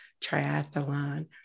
triathlon